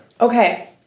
Okay